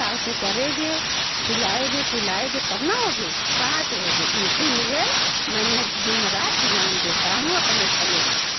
चाव से करेंगे खिलाएंगे पिलाएंगे तब ना होगी कहाँ से होगी इसी लिए मैंने दिन रात यहाँ देती हूँ अपने फलों के लिए